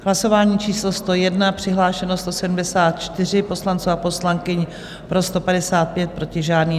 Hlasování číslo 101, přihlášeno 174 poslanců a poslankyň, pro 155, proti žádný.